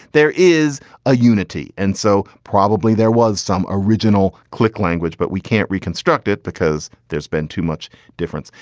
there is a unity. and so probably there was some original klick language, but we can't reconstruct it because there's been too much difference.